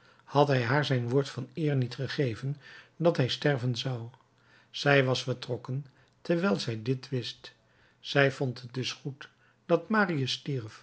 had hij haar zijn woord van eer niet gegeven dat hij sterven zou zij was vertrokken terwijl zij dit wist zij vond het dus goed dat